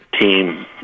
team